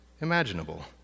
imaginable